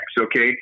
okay